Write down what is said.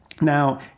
Now